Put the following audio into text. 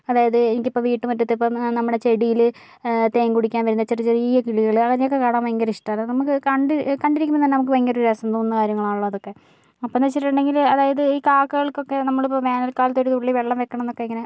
അതായത് എനിക്കിപ്പോൾ വീട്ട് മുറ്റത്ത് ഇപ്പം നമ്മടെ ചെടിയില് തേൻ കുടിക്കാൻ വരുന്ന ചെറി ചെറിയ കിളികള് അയിനേ ഒക്കെ കാണാൻ ഭയങ്കര ഇഷ്ടാണ് നമ്മക്ക് കണ്ടിരിക്കുമ്പോൾ തന്നെ നമുക്ക് ഭയങ്കര രസം തോന്നുന്ന കാര്യങ്ങളാണല്ലോ അതൊക്കെ അപ്പോന്നു വെച്ചിട്ടുണ്ടെങ്കിൽ അതായത് ഈ കാക്കകൾക്കൊക്കെ നമ്മളിപ്പോൾ വേനൽകാലത്ത് ഒരു തുള്ളി വെള്ളം വെക്കണം എന്നൊക്കെ ഇങ്ങനെ